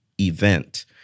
event